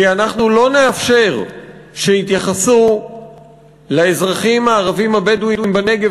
כי אנחנו לא נאפשר שיתייחסו לאזרחים הערבים הבדואים בנגב